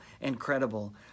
incredible